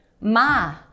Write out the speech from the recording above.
ma